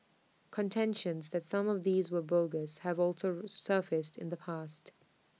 contentions that some of these were bogus have also surfaced in the past